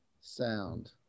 sound